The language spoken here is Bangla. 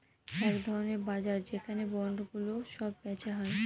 এক ধরনের বাজার যেখানে বন্ডগুলো সব বেচা হয়